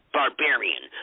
barbarian